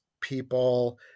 people